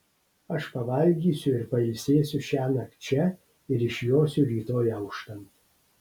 aš pavalgysiu ir pailsėsiu šiąnakt čia ir išjosiu rytoj auštant